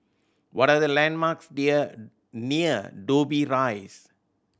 what are the landmarks near near Dobbie Rise